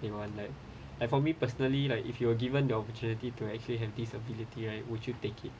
you know like like for me personally like if you were given the opportunity to actually have this ability right would you take it